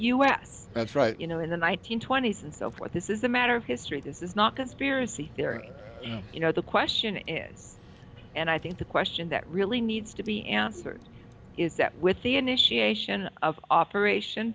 right you know in the one nine hundred twenty s and so forth this is a matter of history this is not conspiracy theory you know the question is and i think the question that really needs to be answered is that with the initiation of offer ration